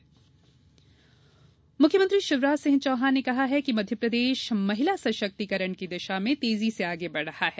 महिला सशक्तिकरण मुख्यमंत्री शिवराज सिंह चौहान ने कहा कि मध्यप्रदेश महिला सशक्तीकरण की दिशा में तेजी से आगे बढ़ रहा है